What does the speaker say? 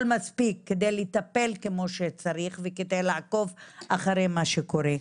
מספיק על מנת לטפל כמו שצריך ועל מנת לעקוב אחרי מה שקורה.